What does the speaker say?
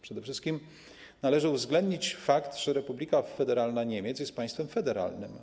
Przede wszystkim należy uwzględnić fakt, że Republika Federalna Niemiec jest państwem federalnym.